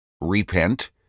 repent